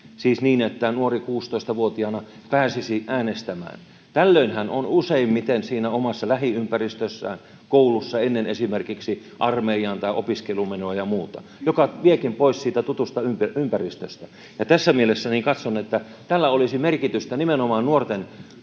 siis niin, että nuori 16-vuotiaana pääsisi äänestämään. Tällöin hän on useimmiten siinä omassa lähiympäristössään koulussa ennen esimerkiksi armeijaan tai opiskeluun menoa ja muuta, mikä viekin pois siitä tutusta ympäristöstä. Ja tässä mielessä katson, että tällä olisi merkitystä nimenomaan nuorten